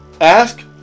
ask